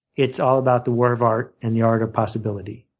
it's all about the war of art and the art of possibility.